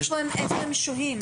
איפה הם שוהים?